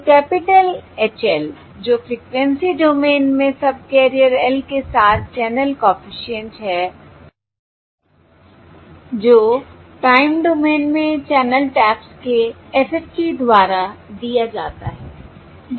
तो capital H l जो frequency domain में सबकैरियर l के साथ चैनल कॉफिशिएंट है जो टाइम डोमेन में चैनल टैप्स के FFT द्वारा दिया जाता है